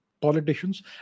politicians